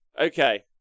Okay